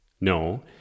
No